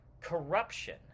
corruption